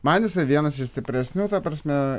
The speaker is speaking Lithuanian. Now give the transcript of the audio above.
man jisai vienas iš stipresnių ta prasme